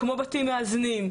כמו בתים מאזנים,